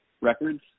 records